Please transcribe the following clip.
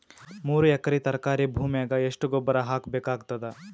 ಮೂರು ಎಕರಿ ತರಕಾರಿ ಭೂಮಿಗ ಎಷ್ಟ ಗೊಬ್ಬರ ಹಾಕ್ ಬೇಕಾಗತದ?